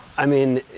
i mean